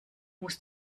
muss